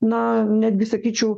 na netgi sakyčiau